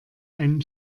einen